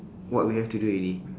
what we have to do already